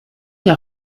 der